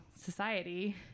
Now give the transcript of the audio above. society